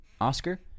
Oscar